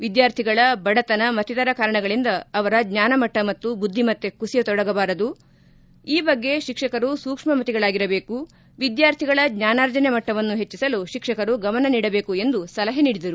ವಿದ್ಯಾರ್ಥಿಗಳ ಬಡತನ ಮತ್ತಿತರ ಕಾರಣಗಳಂದ ಅವರ ಜ್ಞಾನಮಟ್ಟ ಮತ್ತು ಬುದ್ದಿಮತ್ತೆ ಕುಸಿಯ ತೊಡಗಬಾರದು ಈ ಬಗ್ಗೆ ಶಿಕ್ಷಕರು ಸೂಕ್ಷ್ಮಮತಿಗಳಾಗಿರಬೇಕು ವಿದ್ಯಾರ್ಥಿಗಳ ಜ್ಞಾನಾರ್ಜನೆ ಮಟ್ಟವನ್ನು ಹೆಚ್ಚಿಸಲು ಶಿಕ್ಷಕರು ಗಮನ ನೀಡಬೇಕು ಎಂದು ಸಲಹೆ ನೀಡಿದರು